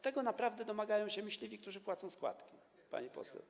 Tego naprawdę domagają się myśliwi, którzy płacą składki, pani poseł.